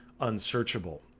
unsearchable